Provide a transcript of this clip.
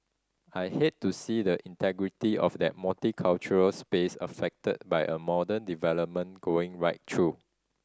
I hate to see the integrity of that multicultural space affected by a modern development going right through